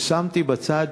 ששמתי בצד,